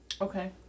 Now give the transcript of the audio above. Okay